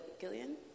Gillian